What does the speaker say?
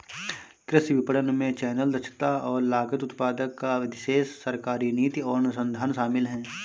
कृषि विपणन में चैनल, दक्षता और लागत, उत्पादक का अधिशेष, सरकारी नीति और अनुसंधान शामिल हैं